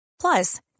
Plus